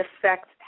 affect